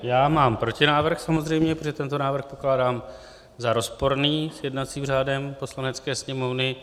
Já mám protinávrh samozřejmě, protože tento návrh pokládám za rozporný s jednacím řádem Poslanecké sněmovny.